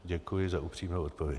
Děkuji za upřímnou odpověď.